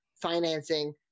financing